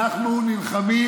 אנחנו נלחמים